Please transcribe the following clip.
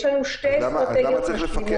יש לנו שתי אסטרטגיות משלימות.